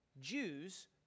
Jews